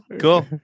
cool